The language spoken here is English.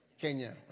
Kenya